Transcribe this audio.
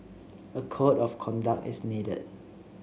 a code of conduct is needed